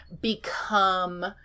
become